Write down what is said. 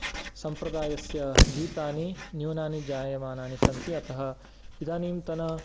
सम्प्रदायस्य गीतानि न्यूनानि जायमानानि सन्ति अतः इदानींतन